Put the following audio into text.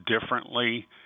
differently